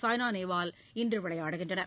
சாய்னா நேவால் இன்று விளையாடுகின்றனர்